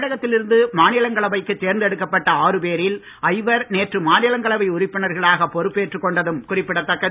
தமிழகத்திலிருந்து மாநிலங்களவைக்கு தேர்ந்தெடுக்கப்பட்ட ஆறு பேரில் ஐவர் நேற்று மாநிலங்களவை உறுப்பினர்களாக பொறுப்பேற்றுக் கொண்டதும் குறிப்பிடத்தக்கது